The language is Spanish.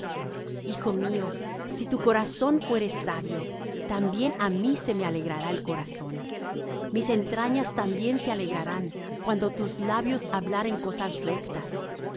hijo mío si tu corazón fuere sabio también á mí se me alegrará el corazón mis entrañas también se alegrarán cuando tus labios hablaren cosas rectas